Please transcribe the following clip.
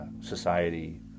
society